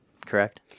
Correct